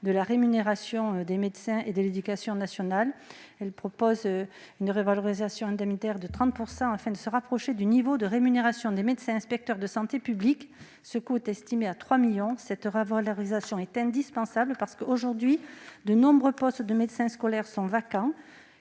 de la rémunération des médecins de l'éducation nationale. » Il propose une revalorisation indemnitaire de 30 % afin de se rapprocher du niveau de rémunération des médecins inspecteurs de santé publique. Le coût de cette mesure est estimé à 3 millions d'euros. Cette revalorisation est indispensable, alors que de nombreux postes de médecins scolaires sont vacants